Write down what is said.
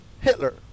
Hitler